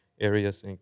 areas